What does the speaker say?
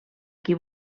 qui